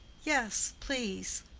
yes, please,